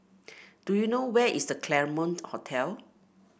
do you know where is The Claremont Hotel